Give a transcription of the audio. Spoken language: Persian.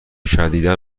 شدیدا